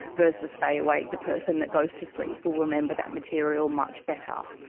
versus stay awake, the person that goes to sleep will remember that material much better.